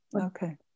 Okay